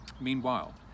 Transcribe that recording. Meanwhile